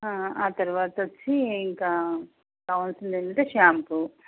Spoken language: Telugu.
ఆ తర్వాత వచ్చి ఇంకా కావాల్సింది ఏంటంటే షాంపు